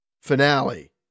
finale